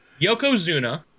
Yokozuna